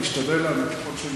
אשתדל לענות.